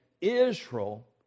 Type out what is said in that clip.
Israel